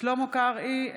שלמה קרעי,